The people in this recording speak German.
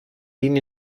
dienen